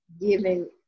giving